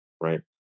right